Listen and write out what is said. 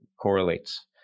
correlates